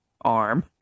arm